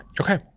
okay